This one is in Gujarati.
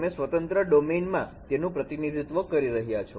તમે સ્વતંત્ર ડોમેનમાં તેમનું પ્રતિનિધિત્વ કરી રહ્યા છો